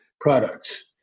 products